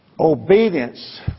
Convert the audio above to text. Obedience